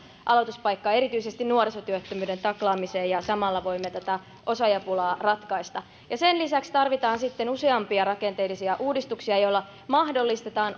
aloituspaikkaa erityisesti nuorisotyöttömyyden taklaamiseen ja samalla voimme tätä osaajapulaa ratkaista sen lisäksi tarvitaan sitten useampia rakenteellisia uudistuksia joilla mahdollistetaan